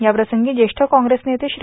याप्रसंगी ज्येष्ठ काँग्रेस नेते श्री